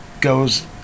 goes